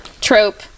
trope